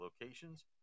locations